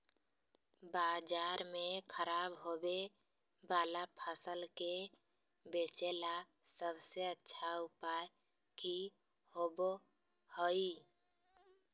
बाजार में खराब होबे वाला फसल के बेचे ला सबसे अच्छा उपाय की होबो हइ?